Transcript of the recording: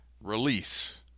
release